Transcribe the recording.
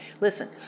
Listen